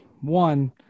One